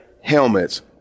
helmets